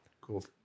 cool